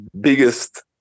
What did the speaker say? biggest